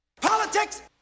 Politics